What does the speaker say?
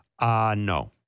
No